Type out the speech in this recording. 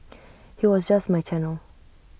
he was just my channel